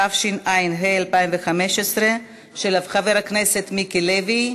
התשע"ה 2015, של חבר הכנסת מיקי לוי.